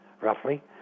roughly